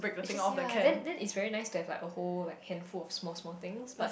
it's just ya then then it's very nice to have like a whole like handful of small small things but